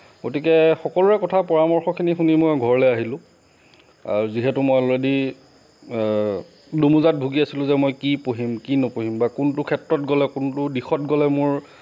গতিকে সকলোৰে কথা পৰামৰ্শখিনি শুনি মই ঘৰলে আহিলোঁ যিহেতু মই অলৰেডি দোমোজাত ভূগি আছিলোঁ যে মই কি পঢ়িম কি নপঢ়িম বা কোনটো ক্ষেত্ৰত গ'লে কোনটো দিশত গ'লে মোৰ